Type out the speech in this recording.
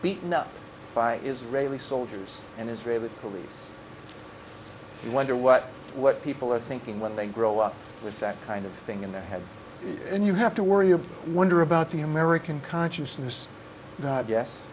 beaten up by israeli soldiers and israeli police who wonder what what people are thinking when they grow up with that kind of thing in their heads and you have to worry about wonder about the american consciousness